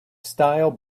style